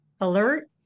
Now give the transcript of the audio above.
alert